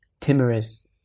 timorous